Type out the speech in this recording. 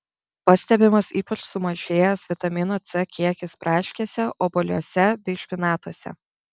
pastebimas ypač sumažėjęs vitamino c kiekis braškėse obuoliuose bei špinatuose